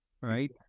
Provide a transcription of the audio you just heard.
right